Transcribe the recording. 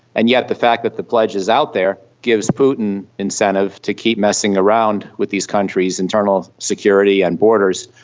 and yet the fact that the pledge is out there gives putin incentive to keep messing around with these countries' internal security and borders,